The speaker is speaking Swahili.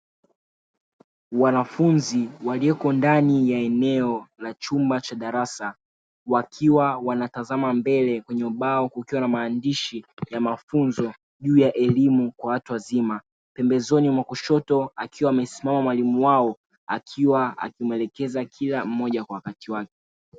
Wanafunzi walioko ndani ya eneo la chumba cha darasa wakiwa wanatazama mbele kwenye ubao kukiwa na maandishi ya mafunzo juu ya elimu ya watu wazima, pembezoni mwa kushoto akiwa amesimama mwalimu wao akiwa akimuelekeza kila mmoja kwa wakati wake.